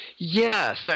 Yes